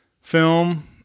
film